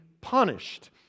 punished